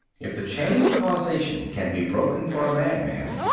if the chain of causation can be broken for a madman,